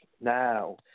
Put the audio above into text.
now